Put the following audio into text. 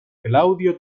claudio